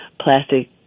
plastic